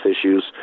issues